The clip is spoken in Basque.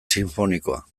sinfonikoa